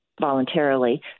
voluntarily